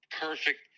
perfect